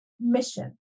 mission